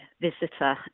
visitor